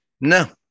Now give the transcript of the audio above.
no